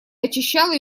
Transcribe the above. очищала